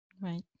Right